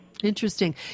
Interesting